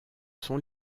sont